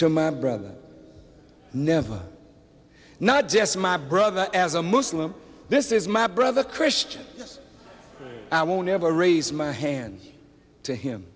to my brother never not just my brother as a muslim this is my brother christian i won't have to raise my hand to him